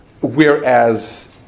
whereas